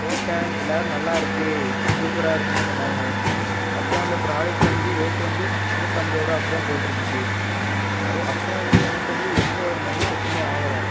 போட்டேன் எல்லோரும் நல்லா இருக்குது சூப்பராக இருக்குன்னுதான் சொன்னாங்க அப்போது அந்த ப்ராடக்ட் வந்து ரேட் வந்து நூற்றைம்பது ரூபாய் அப்படிதான் போட்ருந்துச்சி அது அப்போது வந்து எனக்கு வந்து எந்த ஒரு மைண்ட் செட்டுமே ஆகல